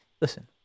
listen